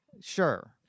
Sure